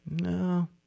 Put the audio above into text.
No